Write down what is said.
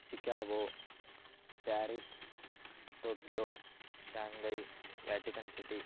Chicago Paris Tokyo Shanghai Vatican city